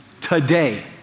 Today